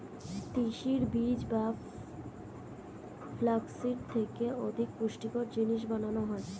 তিসির বীজ বা ফ্লাক্স সিড থেকে অধিক পুষ্টিকর জিনিস বানানো হয়